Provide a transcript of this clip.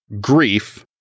Grief